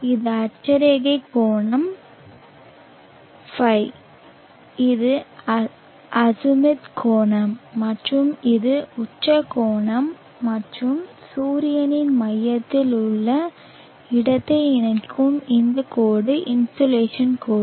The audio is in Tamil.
இது அட்சரேகை கோணம் ϕ இது அஜிமுத் கோணம் மற்றும் இது உச்ச கோணம் மற்றும் சூரியனின் மையத்தில் உள்ள இடத்தை இணைக்கும் இந்த கோடு இன்சோலேஷன் கோடு